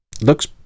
Looks